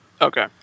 Okay